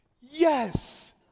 Yes